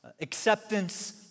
acceptance